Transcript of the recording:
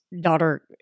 daughter